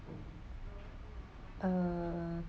uh